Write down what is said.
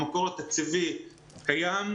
המקור התקציבי קיים,